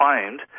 claimed